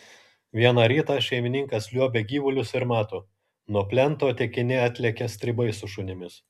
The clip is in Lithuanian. vieną rytą šeimininkas liuobia gyvulius ir mato nuo plento tekini atlekia stribai su šunimis